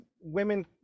Women